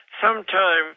Sometime